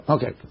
Okay